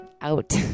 Out